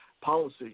policy